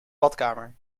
badkamer